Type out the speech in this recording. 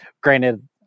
Granted